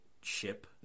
ship